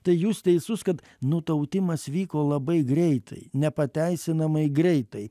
tai jūs teisus kad nutautimas vyko labai greitai nepateisinamai greitai